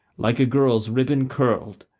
like a girl's ribbons curled,